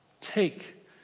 Take